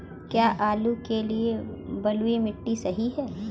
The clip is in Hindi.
क्या आलू के लिए बलुई मिट्टी सही है?